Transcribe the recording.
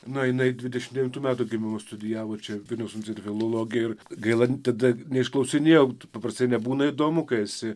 na jinai dvidešimt devintų metų gimimo studijavo čia vilniaus universitete filologiją ir gaila tada neišklausinėjau paprastai nebūna įdomu kai esi